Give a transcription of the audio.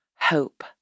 hope